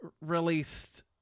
released